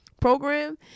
program